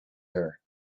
her